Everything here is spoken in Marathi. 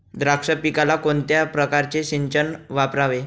द्राक्ष पिकाला कोणत्या प्रकारचे सिंचन वापरावे?